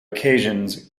occasions